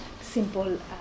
simple